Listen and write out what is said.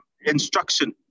instruction